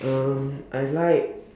um I like